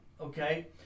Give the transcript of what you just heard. okay